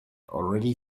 already